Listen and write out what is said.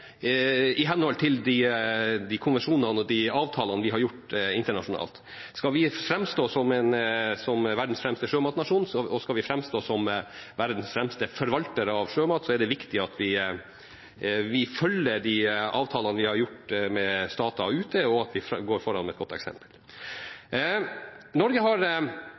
i henhold til de konvensjonene og avtalene vi har inngått internasjonalt. Skal vi framstå som verdens fremste sjømatnasjon, og skal vi framstå som verdens fremste forvaltere av sjømat, er det viktig at vi følger de avtalene vi har inngått med stater ute, og at vi går foran med et godt eksempel. Norge har